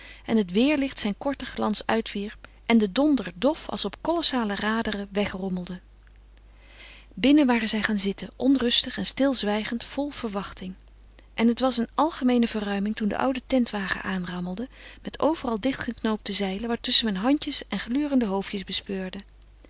en het weêrlicht zijn korten glans uitwierp en de donder dof als op kolossale raderen wegrommelde binnen waren zij gaan zitten onrustig en stilzwijgend vol verwachting en het was een algemeene verruiming toen de oude tentwagen aanrammelde met overal dichtgeknoopte zeilen waartusschen men handjes en glurende hoofdjes bespeurde